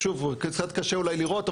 אז שוב קצת קשה אולי לראות,